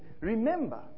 Remember